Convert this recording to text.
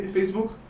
Facebook